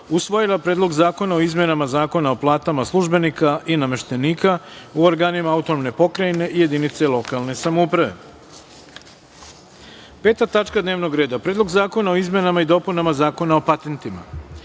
usvojila Predlog zakona o izmenama Zakona o platama službenika i nameštenika u organima autonomne pokrajine i jedinice lokalne samouprave. Peta tačka dnevnog reda – Predlog zakona o izmenama i dopunama Zakona o patentima. Podsećam